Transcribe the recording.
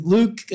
Luke